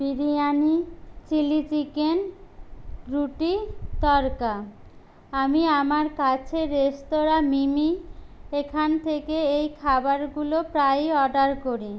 biryani chilli chicken রুটি তড়কা আমি আমার কাছের রেস্তোরাঁ মিমি এখান থেকে এই খাবারগুলো প্রায়ই অর্ডার করি